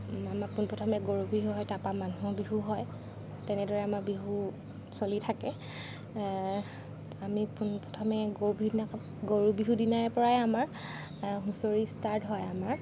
আমাৰ পোনপ্ৰথমে গৰু বিহু হয় তাৰ পৰা মানুহৰ বিহু হয় তেনেদৰে আমাৰ বিহু চলি থাকে আমি পোনপ্ৰথমে গৰু বিহু দিনাখন গৰু বিহু দিনাৰ পৰাই আমাৰ হুঁচৰি ষ্টাৰ্ট হয় আমাৰ